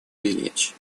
беречь